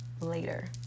later